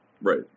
Right